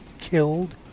killed